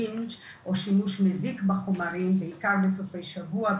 שימוש מזיק בחומרים בעיקר בסופי שבוע,